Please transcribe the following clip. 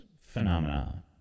phenomena